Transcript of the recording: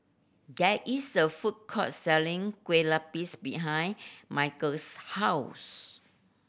there is a food court selling Kueh Lapis behind Michael's house